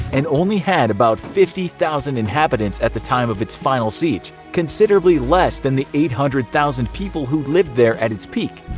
and only had about fifty thousand inhabitants at the time of its final siege, considerably less than the eight hundred thousand people who lived there at its peak.